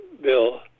Bill